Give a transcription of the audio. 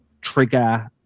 trigger